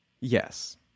yes